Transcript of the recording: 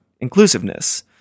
inclusiveness